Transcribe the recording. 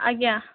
ଆଜ୍ଞା